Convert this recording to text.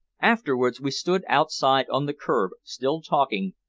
afterwards we stood outside on the curb, still talking,